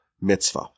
mitzvah